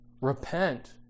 Repent